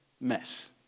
mess